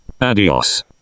adios